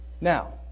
Now